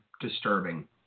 disturbing